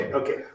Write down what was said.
okay